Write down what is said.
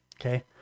Okay